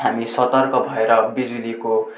हामी सतर्क भएर बिजुलीको